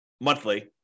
monthly